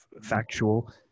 factual